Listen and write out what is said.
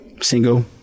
single